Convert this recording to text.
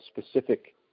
specific